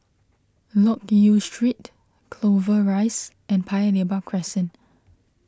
Loke Yew Street Clover Rise and Paya Lebar Crescent